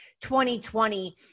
2020